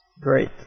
Great